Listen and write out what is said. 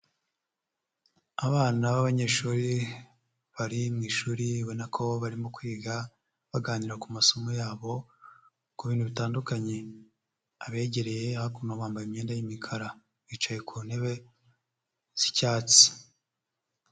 Abana b'abanyeshuri bari mu ishuri ubona ko barimo kwiga baganira ku masomo yabo ku bintu bitandukanye, abegereye hakuno bambaye imyenda y'imikara bicaye ku ntebe z'icyatsi.